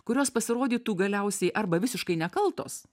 kurios pasirodytų galiausiai arba visiškai nekaltos